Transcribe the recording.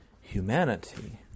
humanity